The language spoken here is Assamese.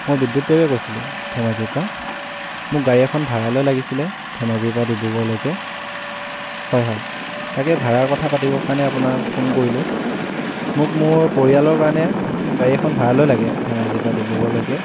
মই বিদ্যুত পেগুৱে কৈছিলোঁ ধেমাজিৰপৰা মোক গাড়ী এখন ভাড়ালৈ লাগিছিলে ধেমাজিৰপৰা ডিব্ৰুগড়লৈকে হয় হয় তাকে ভাড়াৰ কথা পাতিব কাৰণে আপোনাক ফোন কৰিলোঁ মোক মোৰ পৰিয়ালৰ কাৰণে গাড়ী এখন ভাড়ালৈ লাগে ধেমাজিৰপৰা ডিব্ৰুগড়লৈকে